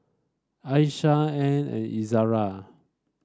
Aishah Ain and Izara